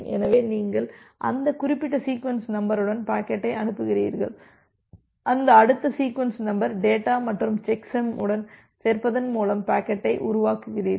எனவே நீங்கள் அந்த குறிப்பிட்ட சீக்வென்ஸ் நம்பருடன் பாக்கெட்டை அனுப்புகிறீர்கள் அந்த அடுத்த சீக்வென்ஸ் நம்பர் டேட்டா மற்றும் செக்சம் உடன் சேர்ப்பதன் மூலம் பாக்கெட்டை உருவாக்குகிறீர்கள்